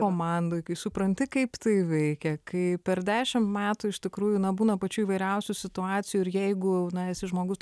komandoj kai supranti kaip tai veikia kai per dešimt metų iš tikrųjų na būna pačių įvairiausių situacijų ir jeigu na esi žmogus